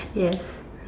yes